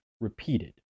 repeated